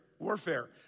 Warfare